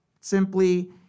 simply